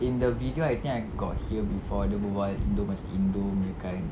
in the video I think I got hear before dia berbual indo macam indo punya kind